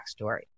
backstory